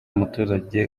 muturage